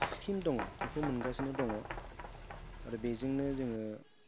scheme दङ बेखौ मोनगासिनो दङ आरो बेजोंनो जोङो